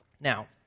Now